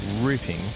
ripping